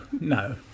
no